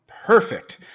Perfect